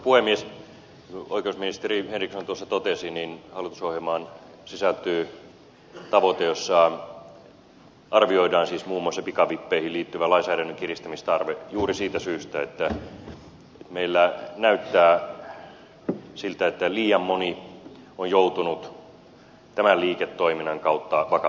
niin kuin oikeusministeri henriksson tuossa totesi hallitusohjelmaan sisältyy tavoite jossa arvioidaan siis muun muassa pikavippeihin liittyvän lainsäädännön kiristämistarve juuri siitä syystä että meillä näyttää siltä että liian moni on joutunut tämän liiketoiminnan kautta vakaviin vaikeuksiin